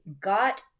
got